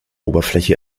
oberfläche